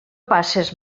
passes